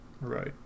Right